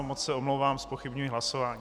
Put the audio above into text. Moc se omlouvám, zpochybňuji hlasování.